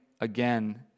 again